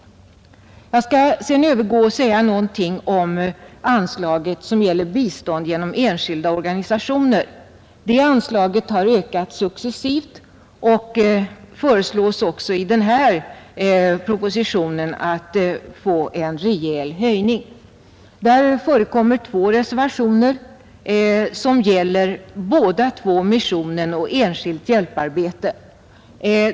Jag skall sedan övergå till att säga någonting om anslaget som gäller bidrag till enskilda organisationers hjälpverksamhet. Detta anslag har ökat successivt och föreslås även i denna proposition få en rejäl höjning. I utskottsbetänkandet förekommer två reservationer, som båda gäller missionen och övrigt enskilt hjälparbete.